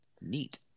Neat